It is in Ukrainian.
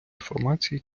інформації